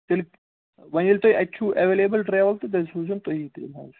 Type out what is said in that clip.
تیٚلہِ وۄنۍ ییٚلہِ تۄہہِ اَتہِ چھُو اٮ۪ویلیبٕل ٹرٛیوٕل تہٕ تیٚلہِ سوٗزیون تُہی تیٚلہِ حظ